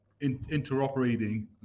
interoperating